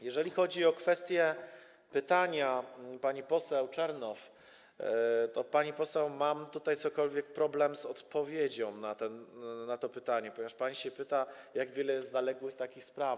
Jeżeli chodzi o kwestię pytania pani poseł Czernow, to, pani poseł, mam tutaj cokolwiek problem z odpowiedzią na to pytanie, ponieważ pani się pyta, jak wiele jest zaległych takich spraw.